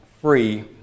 free